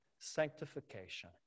sanctification